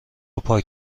پاک